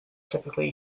typically